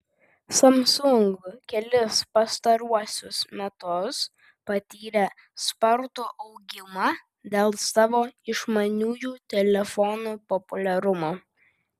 samsung kelis pastaruosius metus patyrė spartų augimą dėl savo išmaniųjų telefonų populiarumo